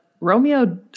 Romeo